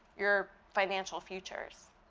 your financial futures?